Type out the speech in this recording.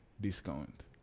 discount